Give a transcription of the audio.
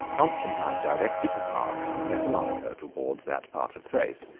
constantine directed his march from thessalonica towards that part of thrace,